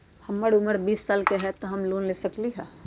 हमर उमर बीस साल हाय का हमरा लोन मिल सकली ह?